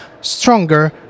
stronger